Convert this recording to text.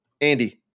andy